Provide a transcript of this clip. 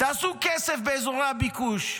עשו כסף באזורי הביקוש,